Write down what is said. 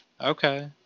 Okay